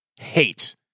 Hate